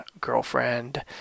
girlfriend